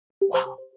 wow